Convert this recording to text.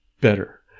better